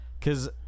Cause